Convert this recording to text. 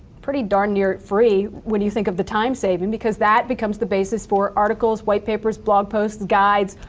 pretty darn near free, when you think of the time savings, because that becomes the basis for articles, whitepapers, blog posts, guides,